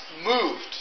moved